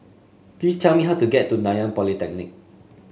please tell me how to get to Nanyang Polytechnic